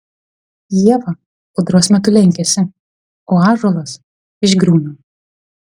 ieva audros metu lenkiasi o ąžuolas išgriūna